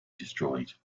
destroyed